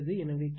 எனவே Qc 41